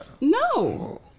No